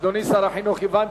2010, נתקבל.